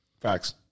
facts